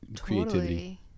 creativity